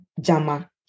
Jama